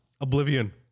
oblivion